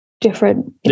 different